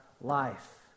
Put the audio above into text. life